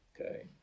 Okay